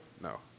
No